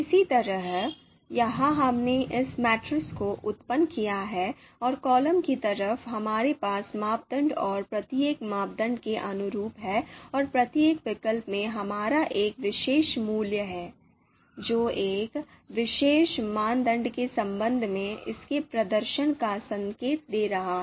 इसी तरह यहां हमने इस मैट्रिक्स को उत्पन्न किया है और कॉलम की तरफ हमारे पास मापदंड और प्रत्येक मापदंड के अनुरूप है और प्रत्येक विकल्प में हमारा एक विशेष मूल्य है जो एक विशेष मानदंड के संबंध में इसके प्रदर्शन का संकेत दे रहा है